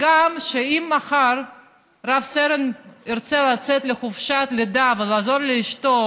גם אם מחר רב-סרן ירצה לצאת לחופשת לידה ולעזור לאשתו